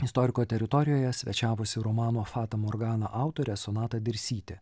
istoriko teritorijoje svečiavosi romano fata morgana autorė sonata dirsytė